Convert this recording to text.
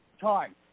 time